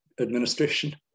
administration